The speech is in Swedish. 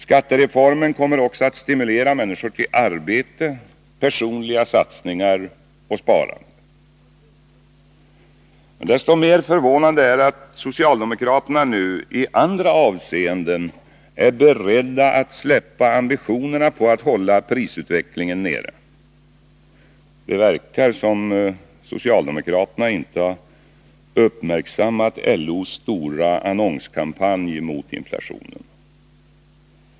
Skattereformen kommer också att stimulera människor till arbete, personliga satsningar och sparande. Desto mer förvånande är det att socialdemokraterna nu i andra avseenden är beredda att släppa ambitionerna på att hålla prisutvecklingen nere. Det verkar som om socialdemokraterna inte har uppmärksammat LO:s stora annonskampanj mot inflationen.